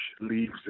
leaves